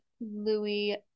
Louis